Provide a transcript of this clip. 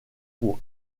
pour